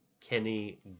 kenny